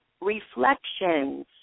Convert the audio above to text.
Reflections